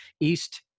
East